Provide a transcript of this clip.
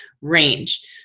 range